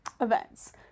events